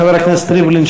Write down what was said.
חבר הכנסת ריבלין,